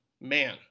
man